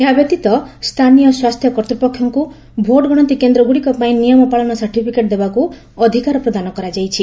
ଏହା ବ୍ୟତୀତ ସ୍ଥାନୀୟ ସ୍ୱାସ୍ଥ୍ୟ କର୍ତ୍ତୃପକ୍ଷମାନଙ୍କୁ ଭୋଟ୍ ଗଣତି କେନ୍ଦ୍ରଗୁଡ଼ିକ ପାଇଁ ନିୟମ ପାଳନ ସାର୍ଟିଫିକେଟ୍ ଦେବାକୁ ଅଧିକାର ପ୍ରଦାନ କରାଯାଇଛି